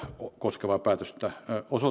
koskevaa päätöstä